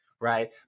right